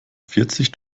vierzig